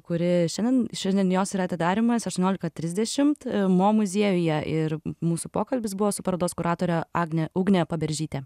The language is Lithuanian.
kuri šiandien šiandien jos yra atidarymas aštuoniolika trisdešimt mo muziejuje ir mūsų pokalbis buvo su parodos kuratore agne ugne paberžyte